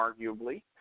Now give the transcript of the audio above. arguably